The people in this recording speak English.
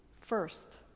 First